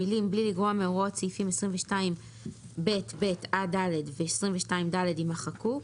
המילים "בלי לגרוע מהוראות סעיפים 22ב(ב) עד (ד) ו-22ד" יימחקו,